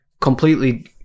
completely